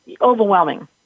overwhelming